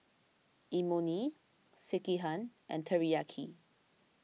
Imoni Sekihan and Teriyaki